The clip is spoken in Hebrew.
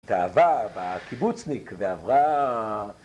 ‫התאהבה בקיבוצניק ועברה...